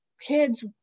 kids